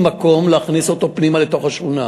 מקום להכניס אותו פנימה לתוך השכונה.